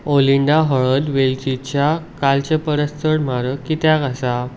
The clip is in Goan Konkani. ओलिंडा हळद वेलची च्या कालचे परस चड म्हारग कित्याक आसा